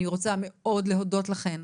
אני רוצה מאוד להודות לכן,